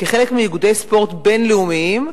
כחלק מאיגודי ספורט בין-לאומיים,